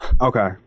Okay